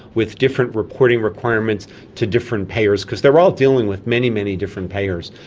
with different reporting requirements to different payers, because they're all dealing with many, many different payers.